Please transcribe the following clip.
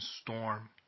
storm